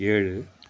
ஏழு